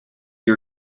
you